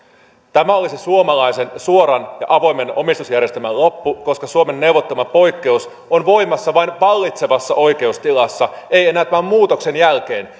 tämä olisi suomalaisen suoran ja avoimen omistusjärjestelmän loppu koska suomen neuvottelema poikkeus on voimassa vain vallitsevassa oikeustilassa ei enää tämän muutoksen jälkeen